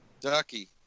Ducky